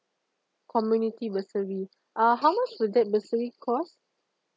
community bursary uh how much will that bursary cost